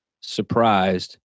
surprised